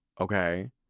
okay